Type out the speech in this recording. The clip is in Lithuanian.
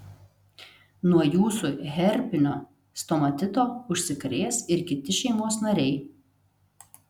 nuo jūsų herpinio stomatito užsikrės ir kiti šeimos nariai